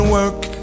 work